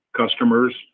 customers